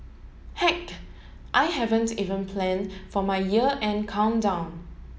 heck I haven't even plan for my year end countdown